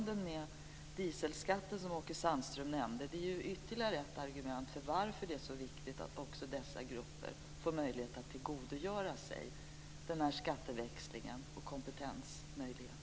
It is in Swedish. Dieselskatten som Åke Sandström nämnde som bakgrund är ytterligare ett argument för att det är så viktigt att också dessa grupper får möjlighet att tillgodogöra sig denna skatteväxling och dessa kompetensmöjligheter.